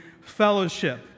fellowship